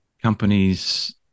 companies